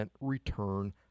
return